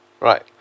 Right